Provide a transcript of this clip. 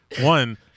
one